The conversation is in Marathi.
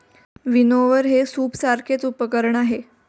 विनओवर हे सूपसारखेच उपकरण आहे